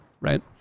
right